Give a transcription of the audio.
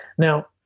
now,